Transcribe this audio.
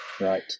Right